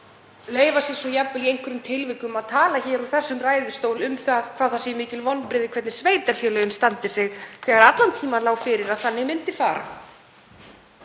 leyfa sér svo jafnvel í einhverjum tilvikum að tala hér úr þessum ræðustól um hvað það séu mikil vonbrigði hvernig sveitarfélögin standi sig þegar allan tímann lá fyrir að þannig myndi fara.